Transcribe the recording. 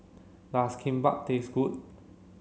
does Kimbap taste good